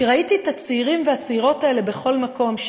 כשראיתי את הצעירים והצעירות האלה בכל מקום,